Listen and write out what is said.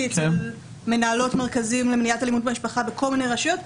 אצל מנהלות מרכזים למניעת אלימות במשפחה בכל מיני רשויות,